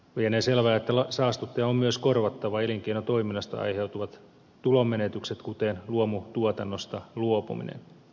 lienee selvää että saastuttajan on myös korvattava elinkeinotoiminnasta aiheutuvat tulonmenetykset kuten luomutuotannosta luopumisen